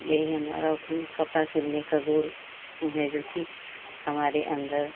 यही हमारा कपड़ा सिलने का गुण उहें जो कि हमारे अंदर